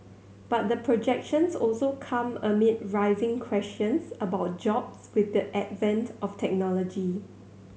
but the projections also come amid rising questions about jobs with the advent of technology